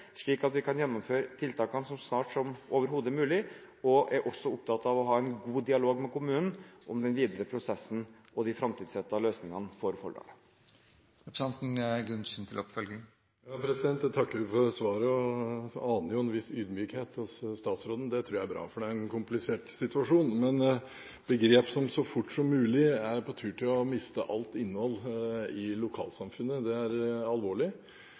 slik at vi kan gjennomføre tiltakene så snart som overhodet mulig. Jeg er også opptatt av å ha en god dialog med kommunen om den videre prosessen og de framtidsrettede løsningene for Folldal. Jeg takker for svaret og aner jo en viss ydmykhet hos statsråden. Det tror jeg er bra, for det er en komplisert situasjon. Men begrep som «så fort som mulig», er på tur til å miste alt innhold i lokalsamfunnet. Det er alvorlig.